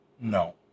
No